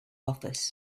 office